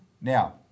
Now